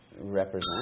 Represent